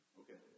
okay